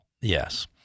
Yes